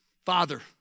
Father